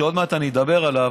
שעוד מעט אני אדבר עליו,